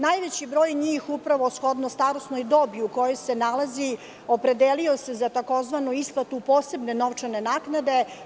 Najveći broj njih, upravo shodno starosnoj dobi u kojoj se nalazi, opredelio se za tzv. isplatu posebne novčane naknade.